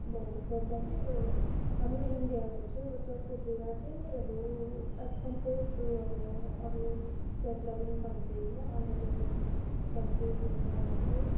भन्नुपर्दा चाहिँ यो हाम्रो इन्डियाको चाहिँ अब स्वास्थ्य सेवा चाहिँ अब एज कम्पेयर्ड टु अब अरू डेभ्लोपिङ कन्ट्रिस र अन्डर डेभ्लोपिङ कन्ट्रिजहरूभन्दा चाहिँ